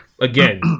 again